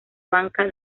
banca